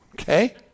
Okay